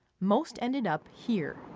most ended up here.